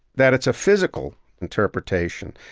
that it's a physical interpretation.